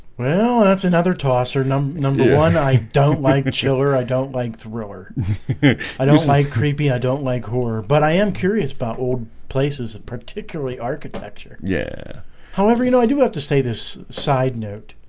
well, that's another toss or number number yeah one. i don't like a chiller. i don't like thriller i don't like creepy. i don't like horror, but i am curious about old places a particularly architecture. yeah however, you know i do have to say this side note